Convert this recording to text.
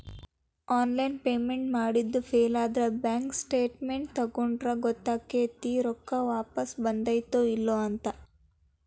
online payments ಮಾಡಿದ್ದು ಫೇಲಾದ್ರ bank statements ತಕ್ಕೊಂಡ್ರ ಗೊತ್ತಕೈತಿ ರೊಕ್ಕಾ ವಾಪಸ್ ಬಂದೈತ್ತೋ ಇಲ್ಲೋ ಅಂತ